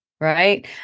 right